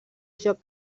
joc